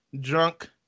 drunk